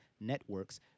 networks